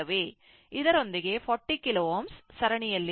ಇದರೊಂದಿಗೆ 40 KΩ ಸರಣಿಯಲ್ಲಿದೆ